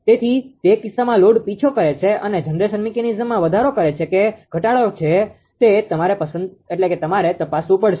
તેથી તે કિસ્સામાં લોડ પીછો કરે છે અને જનરેશન મિકેનિઝમમાં વધારો કરે છે કે ઘટાડો કરે છે તે તમારે તપાસવું પડશે